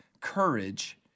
courage